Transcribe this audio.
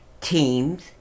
Teams